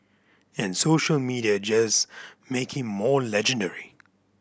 and social media just make him more legendary